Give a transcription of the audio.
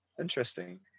Interesting